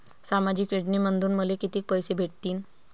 सामाजिक योजनेमंधून मले कितीक पैसे भेटतीनं?